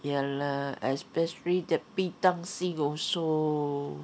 ya lah especially the